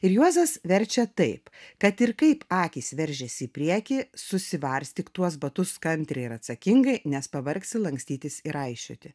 ir juozas verčia taip kad ir kaip akys veržiasi į priekį susivarstyk tuos batus kantriai ir atsakingai nes pavargsi lankstytis ir raišioti